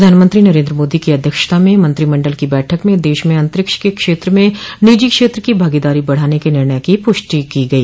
प्रधानमंत्री नरेन्द्र मोदी की अध्यक्षता में मंत्रिमंडल की बैठक में देश में अंतरिक्ष के क्षेत्र में निजी क्षेत्र की भागीदारी बढ़ाने के निर्णय की पुष्टि की गई